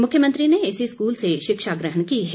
मुख्यमंत्री ने इसी स्कूल से शिक्षा ग्रहण की है